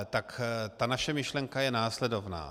Tak ta naše myšlenka je následovná.